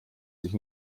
sich